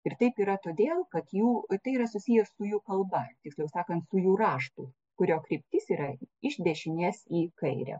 ir taip yra todėl kad jų tai yra susiję su jų kalba tiksliau sakant su jų raštu kurio kryptis yra iš dešinės į kairę